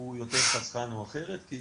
הוא יותר חסכן או אחרת, כי